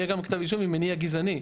יהיה גם כתב אישום ממניע גזעני.